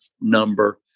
number